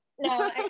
no